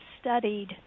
studied